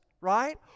right